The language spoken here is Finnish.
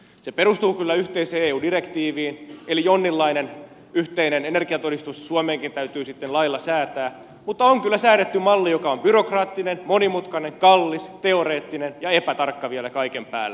ne perustuvat kyllä yhteiseen eu direktiiviin eli jonkinlainen yhteinen energiatodistus suomeenkin täytyy sitten lailla säätää mutta on kyllä säädetty malli joka on byrokraattinen monimutkainen kallis teoreettinen ja epätarkka vielä kaiken päälle